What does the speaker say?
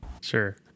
Sure